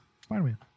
Spider-Man